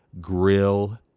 Grill